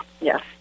Yes